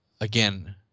again